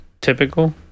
typical